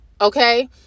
okay